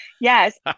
Yes